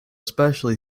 especially